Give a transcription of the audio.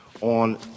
on